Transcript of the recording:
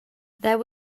there